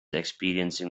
experiencing